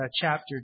chapter